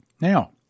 Now